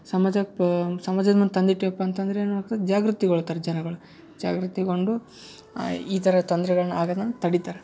ಸಮಾಜಕ್ಕೆ ಸಮಾಜದ ಮುಂದೆ ತಂದು ಇಟ್ವಿಯಪ್ಪ ಅಂತಂದ್ರೆ ಏನು ಆಗ್ತೈತೆ ಜಾಗೃತಿಗೊಳ್ತಾರೆ ಜನಗಳು ಜಾಗೃತಿಗೊಂಡು ಈ ಥರ ತೊಂದರೆಗಳನ್ನ ಆಗದಂಗೆ ತಡಿತಾರೆ